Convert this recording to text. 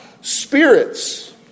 spirits